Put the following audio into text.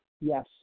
Yes